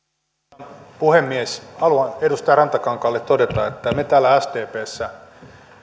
arvoisa puhemies haluan edustaja rantakankaalle todeta että me täällä sdpssä